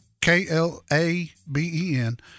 K-L-A-B-E-N